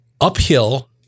uphill